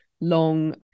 long